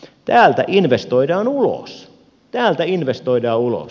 täältä investoidaan ulos täältä investoidaan ulos